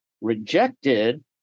rejected